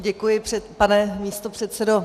Děkuji, pane místopředsedo.